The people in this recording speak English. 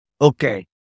Okay